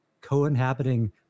co-inhabiting